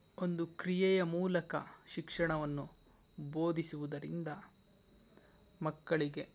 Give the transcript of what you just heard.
ಒಂದು ಕ್ರಿಯೆಯ ಮೂಲಕ ಶಿಕ್ಷಣವನ್ನು ಬೋಧಿಸುವುದರಿಂದ ಮಕ್ಕಳಿಗೆ